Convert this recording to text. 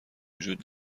وجود